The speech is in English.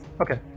okay